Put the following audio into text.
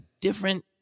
different